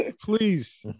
Please